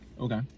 Okay